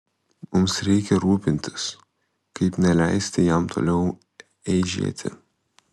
mums reikia rūpintis kaip neleisti jam toliau eižėti